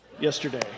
yesterday